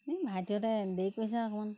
এই ভাইটিহঁতে দেৰি কৰিছে অকণমান